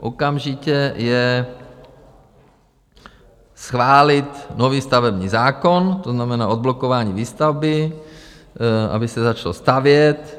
Okamžitě schválit nový stavební zákon, to znamená, odblokování výstavby, aby se začalo stavět.